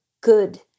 good